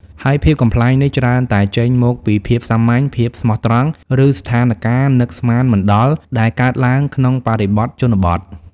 ហើយភាពកំប្លែងនេះច្រើនតែចេញមកពីភាពសាមញ្ញ ភាពស្មោះត្រង់ ឬស្ថានការណ៍នឹកស្មានមិនដល់ដែលកើតឡើងក្នុងបរិបទជនបទ។